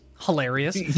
hilarious